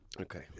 Okay